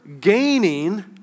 gaining